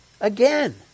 Again